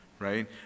right